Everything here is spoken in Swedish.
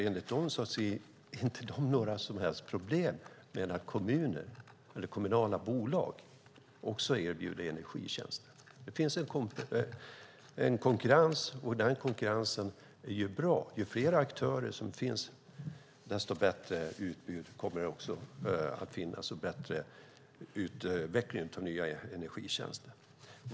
Enligt dem finns det inte några som helst problem med att kommuner eller kommunala bolag också erbjuder energitjänster. Det finns en konkurrens, och denna konkurrens är bra. Ju fler aktörer som finns, desto bättre utbud kommer det att finnas och desto bättre utveckling av nya energitjänster.